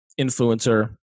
influencer